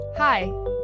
Hi